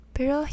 Pero